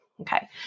Okay